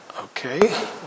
okay